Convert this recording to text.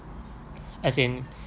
as in